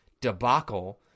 debacle